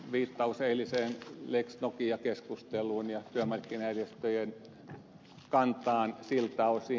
viittaus eiliseen lex nokia keskusteluun ja työmarkkinajärjestöjen kantaan siltä osin